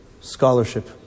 scholarship